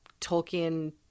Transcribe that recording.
Tolkien